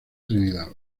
trinidad